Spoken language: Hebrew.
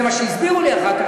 זה מה שהסבירו לי אחר כך,